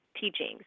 teachings